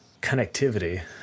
connectivity